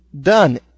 done